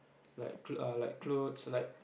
like like clothes like